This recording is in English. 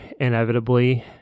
inevitably